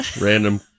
random